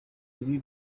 ibi